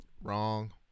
Wrong